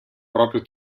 proprio